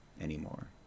anymore